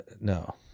No